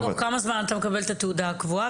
ותוך כמה זמן אתה מקבל את התעודה הקבועה?